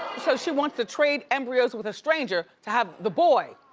so she wants to trade embryos with a stranger to have the boy.